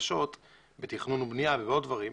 בקשות בתכנון ובנייה ובעוד דברים,